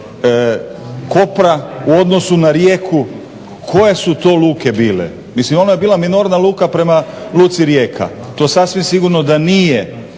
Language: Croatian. Kopra u odnosu na Rijeku koje su to luke bile. Mislim ono je bila minorna luka prema luci Rijeka. To sasvim sigurno da nije